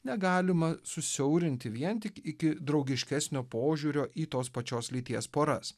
negalima susiaurinti vien tik iki draugiškesnio požiūrio į tos pačios lyties poras